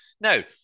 Now